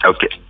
Okay